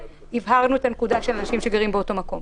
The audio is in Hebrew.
הבהרנו את הנקודה של אנשים שגרים באותו מקום.